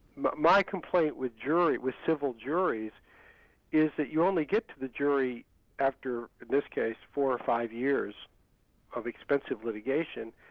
but my complaint with with civil juries is that you only get to the jury after in this case four or five years of expensive litigation,